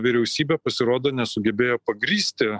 vyriausybė pasirodo nesugebėjo pagrįsti